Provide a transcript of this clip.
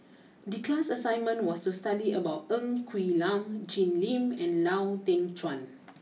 the class assignment was to study about Ng Quee Lam Jim Lim and Lau Teng Chuan